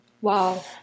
Wow